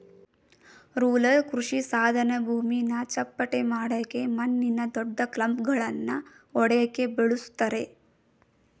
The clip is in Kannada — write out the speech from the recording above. ರೋಲರ್ ಕೃಷಿಸಾಧನ ಭೂಮಿನ ಚಪ್ಪಟೆಮಾಡಕೆ ಮಣ್ಣಿನ ದೊಡ್ಡಕ್ಲಂಪ್ಗಳನ್ನ ಒಡ್ಯಕೆ ಬಳುಸ್ತರೆ